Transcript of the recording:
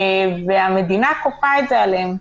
כאשר המדינה כופה את זה עליהם.